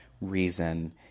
reason